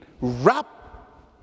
Wrap